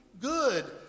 good